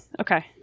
Okay